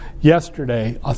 yesterday